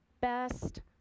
best